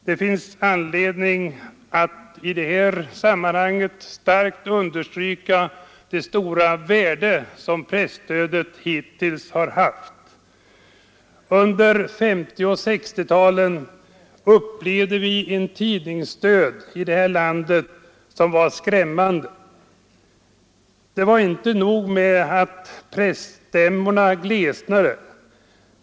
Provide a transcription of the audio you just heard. Det finns anledning att i sammanhanget starkt understryka det stora värde som presstödet hittills har haft. Under 1950 och 1960-talen upplevde vi en tidningsdöd här i landet som var skrämmande. Det var inte nog med att presstämmorna glesnade.